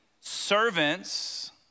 servants